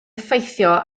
effeithio